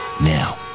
Now